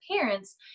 parents